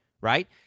right